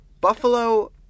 Buffalo